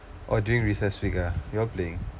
oh during recess week ah you all playing